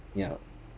ya